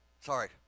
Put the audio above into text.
sorry